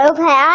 Okay